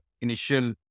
initial